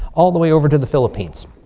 all the way over to the philippines.